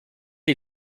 les